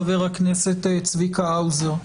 חבר הכנסת צביקה האוזר,